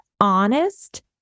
honest